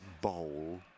bowl